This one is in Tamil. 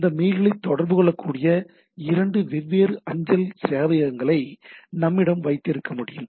இந்த மெயில்களைத் தொடர்பு கொள்ளக்கூடிய 2 வெவ்வேறு அஞ்சல் சேவையகங்களை நம்மிடம் வைத்திருக்க முடியும்